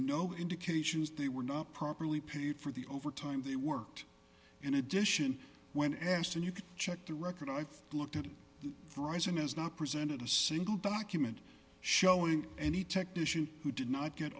no indications they were not properly paid for the overtime they worked in addition when asked and you can check the record i've looked at fry's and has not presented a single document showing any technician who did not get